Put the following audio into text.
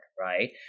right